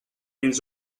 mêmes